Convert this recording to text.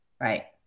right